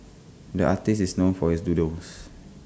the artist is known for his doodles